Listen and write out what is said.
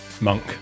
Monk